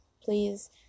please